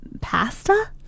pasta